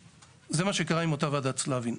זה מה שקרה עם אותה וועדת סלבין.